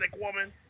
Woman